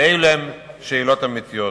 אלה הן שאלות אמיתיות.